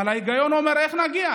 אבל ההיגיון אומר: איך נגיע?